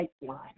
pipeline